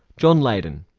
john leyden.